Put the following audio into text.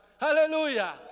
Hallelujah